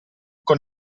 con